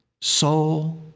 Soul